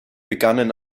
begannen